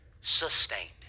Sustained